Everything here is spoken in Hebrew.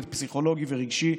פסיכולוגי ורגשי,